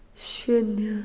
शुन्य